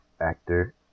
actor